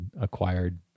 acquired